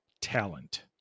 talent